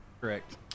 Correct